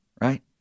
Right